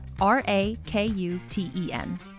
R-A-K-U-T-E-N